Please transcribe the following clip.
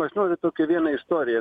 aš noriu tokią vieną istoriją